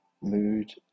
mood